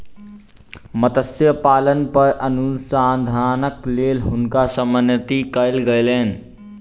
मत्स्य पालन पर अनुसंधानक लेल हुनका सम्मानित कयल गेलैन